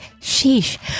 Sheesh